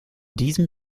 diesem